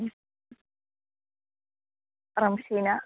Ramsheena